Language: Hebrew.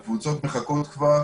הקבוצות מחכות כבר